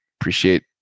appreciate